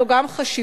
זו גם חשיבה,